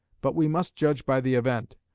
but we must judge by the event,